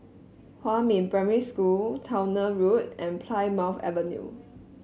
Huamin Primary School Towner Road and Plymouth Avenue